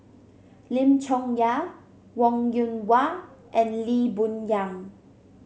Lim Chong Yah Wong Yoon Wah and Lee Boon Yang